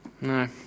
No